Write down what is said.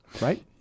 right